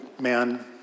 man